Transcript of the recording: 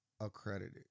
accredited